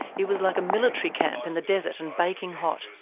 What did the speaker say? it was like a military camp in the desert, and baking hot.